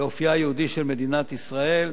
לאופיה היהודי של מדינת ישראל,